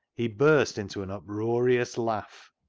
he burst into an uproarious laugh.